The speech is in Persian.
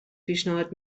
پیشنهاد